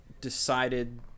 decided